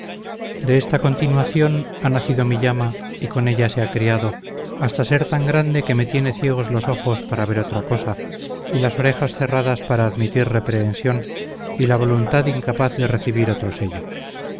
de esta continuación ha nacido mi llama y con ella se ha criado hasta ser tan grande que me tiene ciegos los ojos para ver otra cosa y las orejas cerradas para admitir reprehensión y la voluntad incapaz de recibir otro sello